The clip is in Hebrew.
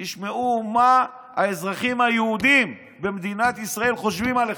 תשמעו מה האזרחים היהודים במדינת ישראל חושבים עליכם.